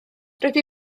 rydw